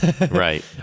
right